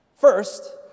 First